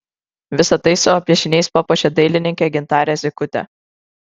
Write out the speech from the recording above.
visa tai savo piešiniais papuošė dailininkė gintarė zykutė